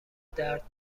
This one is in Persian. درد